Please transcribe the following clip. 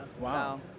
Wow